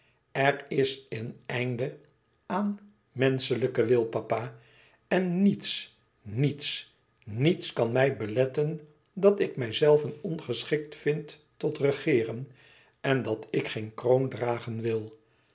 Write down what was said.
er is een einde aan menschelijken wil papa en niets niets niets kan mij beletten dat ik mijzelven ongeschikt vind tot regeeren en dat ik geen kroon dragen wil